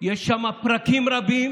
יש שם פרקים רבים